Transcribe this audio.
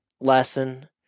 lesson